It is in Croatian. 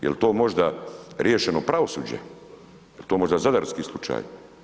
Jel to možda riješeno pravosuđe, jel to možda zadarski slučaj?